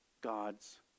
God's